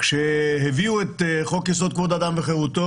כשהביאו את חוק-יסוד: כבוד האדם וחירותו